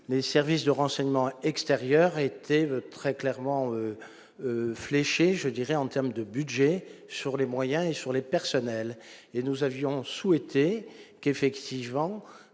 les services de renseignement extérieur était très clairement fléchées, je dirais, en terme de budget sur les moyens et sur les personnels et nous avions souhaité qu'effectivement